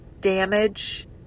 damage